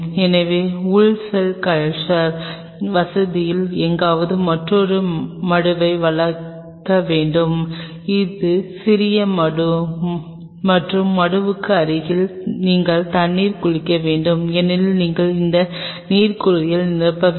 எனவே உள் cell culture வசதியில் எங்காவது மற்றொரு மடுவை வளைக்க வேண்டும் ஒரு சிறிய மடு மற்றும் மடுவுக்கு அருகில் நீங்கள் தண்ணீர் குளிக்க வேண்டும் ஏனெனில் நீங்கள் இந்த நீர் குளியல் நிரப்ப வேண்டும்